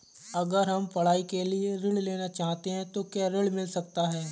अगर हम पढ़ाई के लिए ऋण लेना चाहते हैं तो क्या ऋण मिल सकता है?